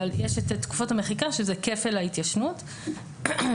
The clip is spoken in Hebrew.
אבל יש את תקופות המחיקה שזה כפל ההתיישנות ובתחומים